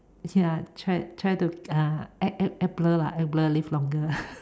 ya try try to uh act act act blur lah act blur live longer lah